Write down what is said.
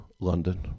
London